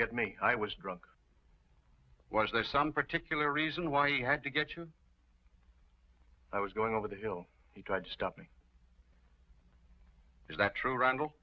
get me i was drunk was there some particular reason why he had to get you i was going over the hill he tried to stop me is that true randal